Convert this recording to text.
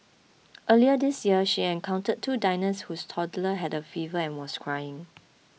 earlier this year she encountered two diners whose toddler had a fever and was crying